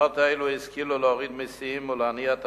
במדינות אלו השכילו להוריד מסים ולהניע את